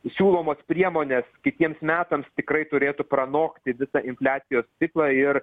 siūlomos priemonės kitiems metams tikrai turėtų pranokti visą infliacijos ciklą ir